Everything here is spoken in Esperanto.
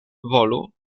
volu